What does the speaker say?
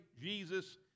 Jesus